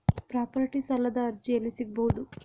Property ಸಾಲದ ಅರ್ಜಿ ಎಲ್ಲಿ ಸಿಗಬಹುದು?